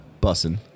Bussin